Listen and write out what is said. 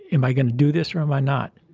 am i going to do this or am i not?